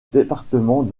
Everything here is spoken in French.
département